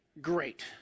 great